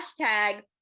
hashtag